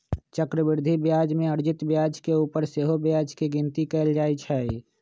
चक्रवृद्धि ब्याज में अर्जित ब्याज के ऊपर सेहो ब्याज के गिनति कएल जाइ छइ